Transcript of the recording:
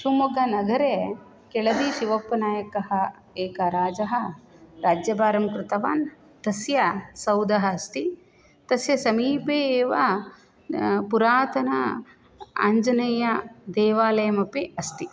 शिव्मोग्गानगरे केलरीशिवोप्पनायकः एकराजः राज्यभारं कृतवान् तस्य सौदः अस्ति तस्य समीपे एव पुरातन आञ्जनेयदेवालयमपि अस्ति